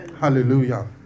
Hallelujah